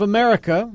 America